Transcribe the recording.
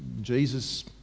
Jesus